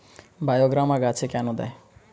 বায়োগ্রামা গাছে কেন দেয়?